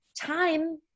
Time